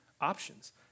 options